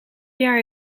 jaar